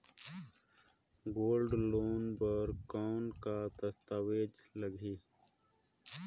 Gold loan बर कौन का दस्तावेज लगही?